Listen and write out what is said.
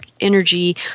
energy